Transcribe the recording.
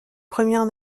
premières